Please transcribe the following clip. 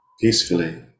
peacefully